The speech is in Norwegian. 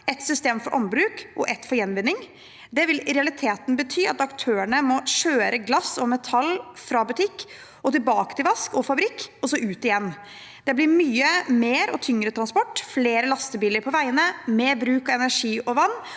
ett system for ombruk og ett for gjenvinning. Det vil i realiteten bety at aktørene må kjøre glass og metall fra butikk og tilbake til vask og fabrikk, og så ut igjen. Det blir mye mer og tyngre transport, flere lastebiler på veiene, mer bruk av energi og vann,